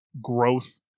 growth